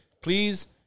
please